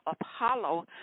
Apollo